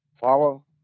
follow